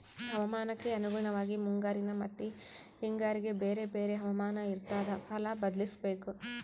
ಹವಾಮಾನಕ್ಕೆ ಅನುಗುಣವಾಗಿ ಮುಂಗಾರಿನ ಮತ್ತಿ ಹಿಂಗಾರಿಗೆ ಬೇರೆ ಬೇರೆ ಹವಾಮಾನ ಇರ್ತಾದ ಫಲ ಬದ್ಲಿಸಬೇಕು